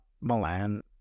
Milan